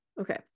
Okay